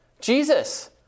Jesus